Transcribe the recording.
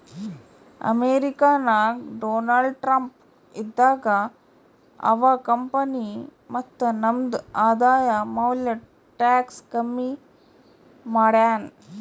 America ನಾಗ್ Donald Trump ಇದ್ದಾಗ ಅವಾ ಕಂಪನಿ ಮತ್ತ ನಮ್ದು ಆದಾಯ ಮ್ಯಾಲ ಟ್ಯಾಕ್ಸ್ ಕಮ್ಮಿ ಮಾಡ್ಯಾನ್